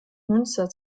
münster